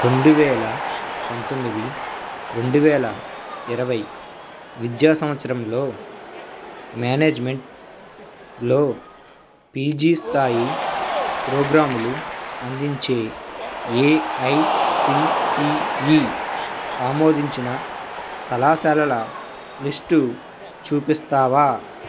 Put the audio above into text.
రెండు వేల పంతొమ్మిది రెండు వేల ఇరవై విద్య సంవత్సరంలో మ్యానేజ్మెంట్లో పీజీ స్థాయి ప్రోగ్రాములు అందించే ఏఐసీటీఈ ఆమోదించిన కళాశాలల లిస్టు చూపిస్తావా